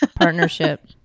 partnership